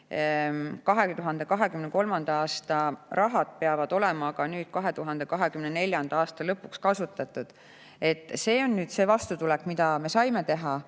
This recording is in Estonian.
2023. aasta raha peab olema aga 2024. aasta lõpuks kasutatud. See on see vastutulek, mida me saime teha,